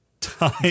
Time